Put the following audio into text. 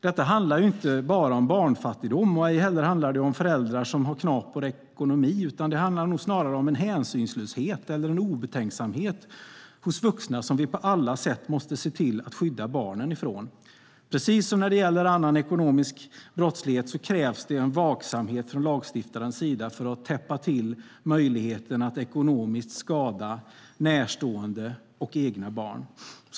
Det handlar inte bara om barnfattigdom och inte heller om föräldrar som har en knaper ekonomi, utan det handlar nog snarare om en hänsynslöshet eller en obetänksamhet hos vuxna som vi på alla sätt måste skydda barnen från. Precis som när det gäller annan ekonomisk brottslighet krävs det vaksamhet från lagstiftarens sida för att täppa till möjligheten att ekonomiskt skada närstående och egna barn.